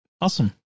Awesome